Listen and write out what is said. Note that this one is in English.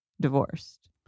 divorced